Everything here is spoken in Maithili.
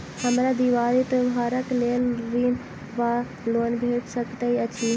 हमरा दिपावली त्योहारक लेल ऋण वा लोन भेट सकैत अछि?